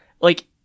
Like-